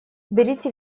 берите